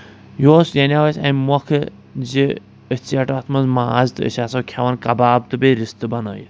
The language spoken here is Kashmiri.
یہِ اوس یہِ انیٚو اَسہِ اَمہِ مۄکھہٕ زِ أسۍ ژیٹو اَتھ منٛز ماز تہٕ أسۍ آسو کیٚوان کَباب تہٕ بیٚیہِ رِستہٕ بَنٲیِتھ